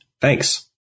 Thanks